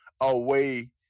away